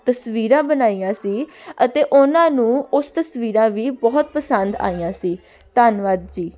ਤਸਵੀਰਾਂ ਬਣਾਈਆਂ ਸੀ ਅਤੇ ਉਹਨਾਂ ਨੂੰ ਉਸ ਤਸਵੀਰਾਂ ਵੀ ਬਹੁਤ ਪਸੰਦ ਆਈਆਂ ਸੀ ਧੰਨਵਾਦ ਜੀ